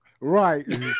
Right